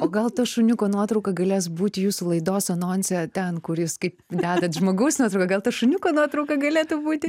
o gal to šuniuko nuotrauka galės būti jūsų laidos anonse ten kur jis kaip dedat žmogaus nuotrauką gal to šuniuko nuotrauka galėtų būti